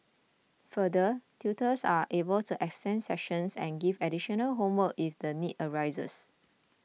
further tutors are able to extend sessions and give additional homework if the need arises